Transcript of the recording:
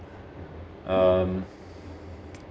um